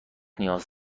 نیاز